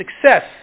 success